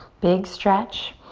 big stretch.